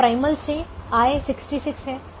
अब प्राइमल से आय 66 है